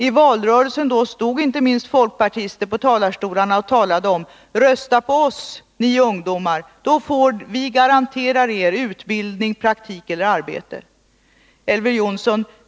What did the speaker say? I valrörelsen det året stod inte minst folkpartister i talarstolarna och sade: Rösta på oss, ni ungdomar! Vi garanterar er utbildning, praktik eller arbete. Elver Jonsson!